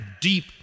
deep